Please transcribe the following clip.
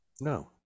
No